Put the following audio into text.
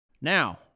Now